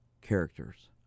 characters